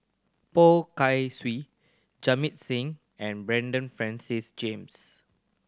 Poh Kai Swee Jamit Singh and Bernard Francis James